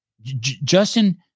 Justin